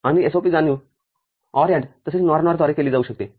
आणि SOP जाणीव OR AND तसेच NOR NOR द्वारे केली जाऊ शकते